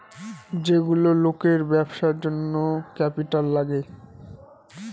যেগুলো লোকের ব্যবসার জন্য ক্যাপিটাল লাগে